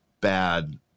bad